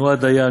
הוא הדיין,